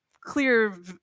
clear